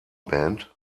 band